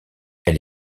elle